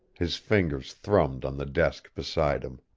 his fingers thrummed on the desk beside him.